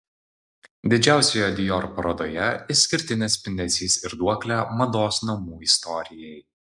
didžiausioje dior parodoje išskirtinis spindesys ir duoklė mados namų istorijai